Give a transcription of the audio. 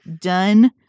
done